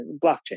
blockchain